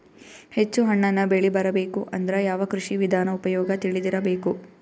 ಹೆಚ್ಚು ಹಣ್ಣನ್ನ ಬೆಳಿ ಬರಬೇಕು ಅಂದ್ರ ಯಾವ ಕೃಷಿ ವಿಧಾನ ಉಪಯೋಗ ತಿಳಿದಿರಬೇಕು?